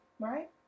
Right